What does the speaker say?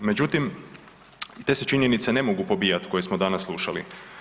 Međutim, i te se činjenice ne mogu pobijat koje smo danas slušali.